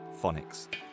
phonics